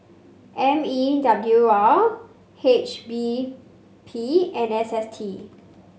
M E W R H B P and S S T